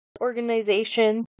organization